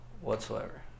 Whatsoever